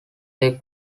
they